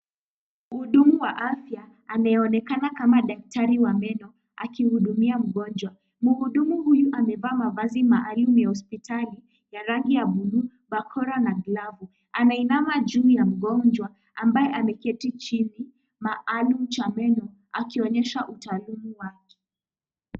Mhudumu wa afya anayeonekana kama daktari wa meno akihudumia mgonjwa. Mhudumu huyu amevaa mavazi maalum ya hospitali ya rangi ya buluu bakora na glavu, anainama juu ya mgonjwa ambaye ameketi chini maalum cha meno akionyesha utaalamu wake.